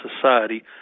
society